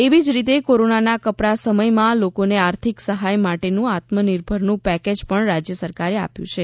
એવી જ રીતે કોરોનાના કપરા સમયમાં લોકોને આર્થિક સહાય માટેનું આત્મનિર્ભરનું પેકેજ પણ રાજ્ય સરકારે આપ્યું છે